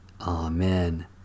Amen